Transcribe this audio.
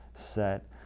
set